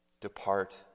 depart